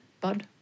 Bud